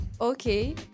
okay